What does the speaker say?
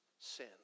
sin